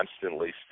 constantly